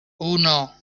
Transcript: uno